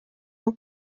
hari